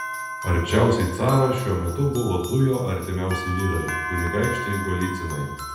arčiausiai caro šiuo metu buvo du jo artimiausi vyrai kunigaikščiai golycinai